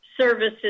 services